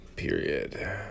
Period